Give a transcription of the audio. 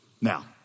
Now